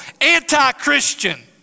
anti-Christian